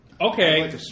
Okay